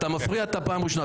אתה מפריע, אתה פעם ראשונה.